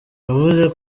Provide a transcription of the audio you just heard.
yavuze